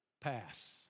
pass